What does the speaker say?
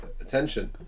attention